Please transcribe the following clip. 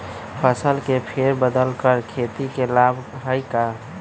फसल के फेर बदल कर खेती के लाभ है का?